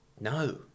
No